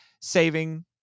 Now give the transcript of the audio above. saving